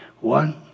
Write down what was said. One